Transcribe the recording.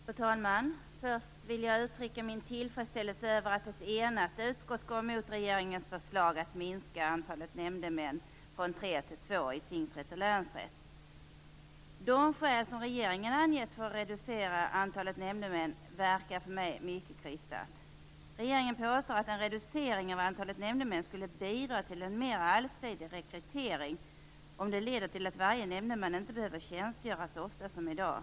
Fru talman! Först vill jag uttrycka min tillfredsställelse över att ett enat utskott går emot regeringens förslag att minska antalet nämndemän från tre till två i tingsrätt och länsrätt. De skäl som regeringen har angett för att reducera antalet nämndemän verkar mycket krystat. Regeringen påstår att en reducering av antalet nämndemän skulle bidra till en mer allsidig rekrytering, om det leder till att varje nämndeman inte behöver tjänstgöra så ofta som i dag.